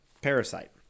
parasite